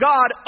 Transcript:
God